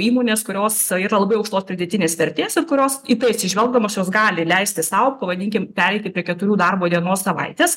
įmonės kurios yra labai aukštos pridėtinės vertės kurios į tai atsižvelgdamos jos gali leisti sau pavadinkim pereiti prie keturių darbo dienų savaitės